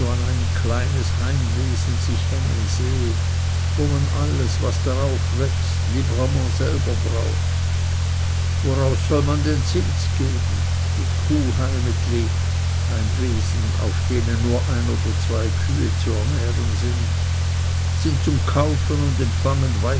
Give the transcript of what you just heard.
ein kleines heimwesen sich hängen sehe wo man alles was darauf wächst librement selber braucht woraus soll man den zins geben die kuhheimetli sind zum kaufen und